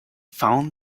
found